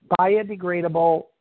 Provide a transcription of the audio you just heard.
biodegradable